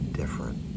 different